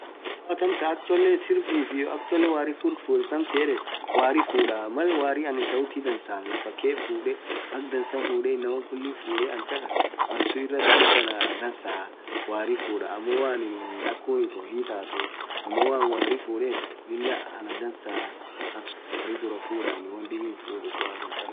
woo atiin amtan akha cholee sirbif iyo akha cholee warri fudh siyedhe warri fudhaa warii anin sauthi dhansan lafaa khee fudhee akha dhansaa fudhee inamaa khulii fudhe anchakas malsun irr ana dhansaa warri fudha amoo woo anin akhun itho hithathu Ammo woanin warifudhethu Lilah anadhansa akhasun warri dhurah fudha won dhib hinfudhu warium challah dhurah fudhaa won dhib hinfudhu